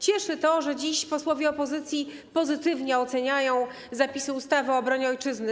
Cieszy to, że dziś posłowie opozycji pozytywnie oceniają zapisy ustawy o obronie Ojczyzny.